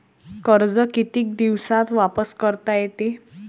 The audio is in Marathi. कर्ज कितीक दिवसात वापस करता येते?